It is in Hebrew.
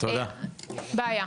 זו בעיה.